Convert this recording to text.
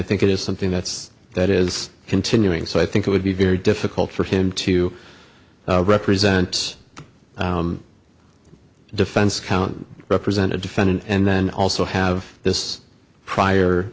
think it is something that's that is continuing so i think it would be very difficult for him to represent defense count represent a defendant and then also have this prior